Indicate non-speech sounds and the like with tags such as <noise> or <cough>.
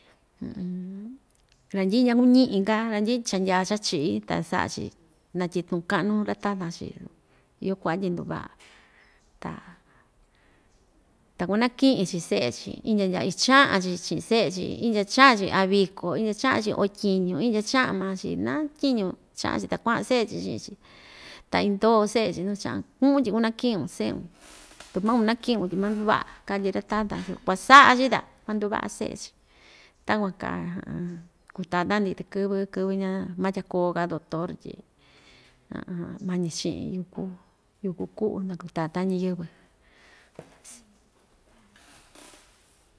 <hesitation> randyi'i ñakuñi'i‑ka randyi'i cha‑ndyaa cha chi'i ta sa'a‑chi ñatyi'i tuun ka'nu ra‑tatan chii iyo ku'va tyi nduva'a ta takuanaki'i‑chi se'e‑chi indya ndyaa icha'an‑chi chi'in se'e‑chi indya cha'an‑chi a viko indya cha'an‑chi o tyiñu indya cha'an maa‑chi na tyiñu cha'an‑chi ta kua'an se'e‑chi chi'in‑chi ta indoo se'e‑chi nuu icha'an ku'un tyi kunaki'un se'un <noise> tu ma‑kunaki'un tyi manduva'a katyi ra‑tatan chiun kuasa'a‑chi ta kuanduva'a se'e‑chi takuan kaa <hesitation> kutatan‑ndi takɨ́vɨ kɨvɨ ña matya koo‑ka doctor tyi <hesitation> mañi chi'in yúku yúku ku'u nakutatan ñiyɨvɨ. <noise>